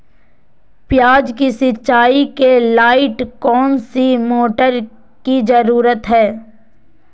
प्याज की सिंचाई के लाइट कौन सी मोटर की जरूरत है?